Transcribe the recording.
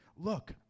Look